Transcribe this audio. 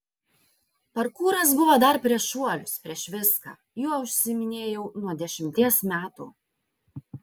parkūras buvo dar prieš šuolius prieš viską juo užsiiminėjau nuo dešimties metų